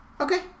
Okay